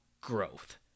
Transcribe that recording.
growth